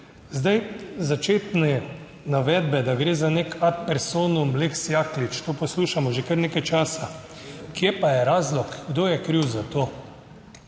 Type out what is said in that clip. Zdaj začetne navedbe, da gre za nek ad personam lex Jaklič, to poslušamo že kar nekaj časa, kje pa je razlog, kdo je kriv za to?